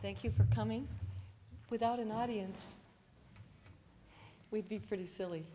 thank you for coming without an audience with the pretty silly